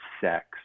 sex